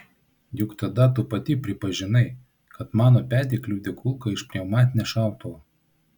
juk tada tu pati pripažinai kad mano petį kliudė kulka iš pneumatinio šautuvo